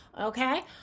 Okay